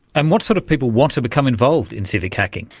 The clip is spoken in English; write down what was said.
and what sort of people want to become involved in civic hacking?